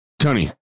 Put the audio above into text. Tony